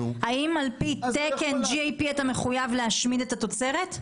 האם על פי תקן GAP אתה מחויב להשמיד את התוצרת?